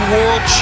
World